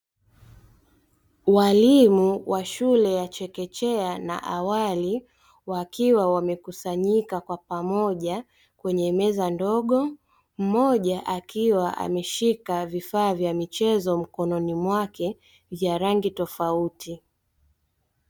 Walimu wa shule ya chekechea na awali, wakiwa wamekusanyika kwa pamoja kwenye meza ndogo, mmoja akiwa ameshika vifaa vya michezo mkononi mwake vya rangi tofauti.